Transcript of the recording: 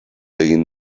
egin